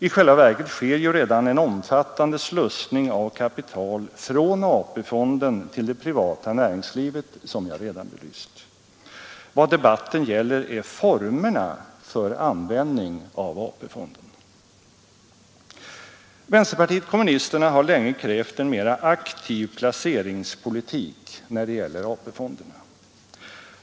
I själva verket sker ju redan en omfattande slussning av kapital från AP-fonden till det privata näringslivet, som jag redan belyst. Vad debatten gäller är formerna för användning av AP-fonden. Vänsterpartiet kommunisterna har länge krävt en mera aktiv placeringspolitik när det gäller AP-fonden.